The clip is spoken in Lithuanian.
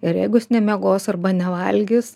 ir jeigu jis nemiegos arba nevalgys